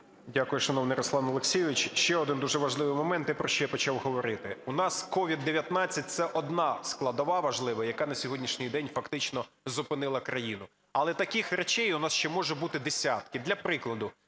Дякую, шановний Руслан Олексійович. Ще один дуже важливий момент, про що я почав говорити. У нас COVID-19 – це одна складова важлива, яка на сьогоднішній день фактично зупинила країну, але таких речей у нас ще може бути десятки.